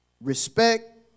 respect